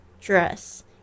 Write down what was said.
Dress